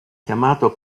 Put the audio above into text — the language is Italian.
chiamato